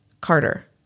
Carter